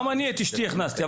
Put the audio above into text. אני הכנסתי את אשתי.